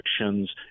restrictions